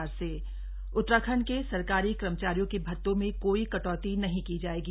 cabinet फैसबे उत्तराखंड के सरकारी कर्मचारियों के भत्तों में कोई कटौती नहीं की जाएगी